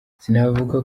sinavuga